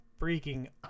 freaking